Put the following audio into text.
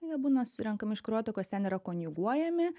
jie būna surenkami iš kraujotakos ten yra konjuguojami